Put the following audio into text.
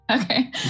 Okay